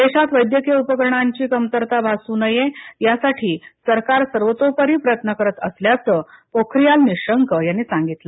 देशात वैद्यकीय उपकरणांची कमतरता भासू नये यासाठी सरकार सर्वतोपरी प्रयत्न करत असल्याचं पोख्रीयाल निशंक यांनी सांगितलं